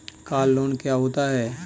Car loan क्या होता है?